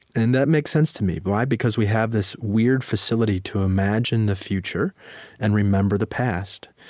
and that makes sense to me. but why? because we have this weird facility to imagine the future and remember the past.